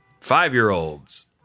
Five-year-olds